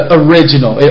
original